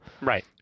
Right